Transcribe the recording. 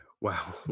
Wow